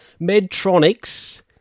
Medtronics